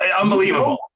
Unbelievable